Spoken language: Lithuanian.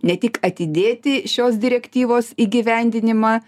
ne tik atidėti šios direktyvos įgyvendinimą